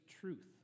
truth